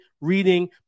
reading